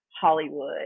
Hollywood